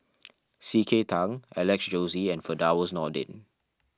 C K Tang Alex Josey and Firdaus Nordin